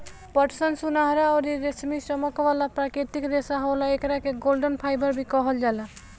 पटसन सुनहरा अउरी रेशमी चमक वाला प्राकृतिक रेशा होला, एकरा के गोल्डन फाइबर भी कहल जाला